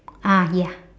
ah ya